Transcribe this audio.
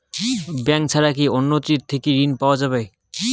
Bank ছাড়া কি অন্য টে থাকি ঋণ পাওয়া যাবে?